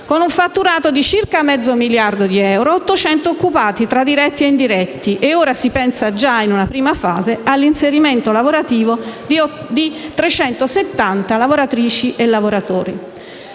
con un fatturato di circa mezzo miliardo di euro e 800 occupati, tra diretti e indiretti, e ora si pensa già in una prima fase all'inserimento lavorativo di 370 lavoratrici e lavoratori.